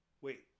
wait